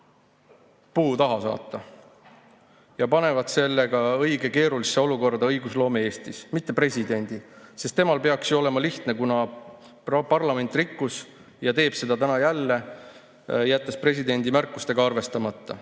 puu taha saata ja panevad sellega õige keerulisse olukorda õigusloome Eestis – mitte presidendi, sest temal peaks ju olema lihtne, kuna parlament rikkus [seadust] – ja teeb seda täna jälle –, jättes presidendi märkused arvestamata.